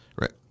Right